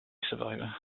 survivor